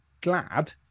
glad